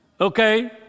okay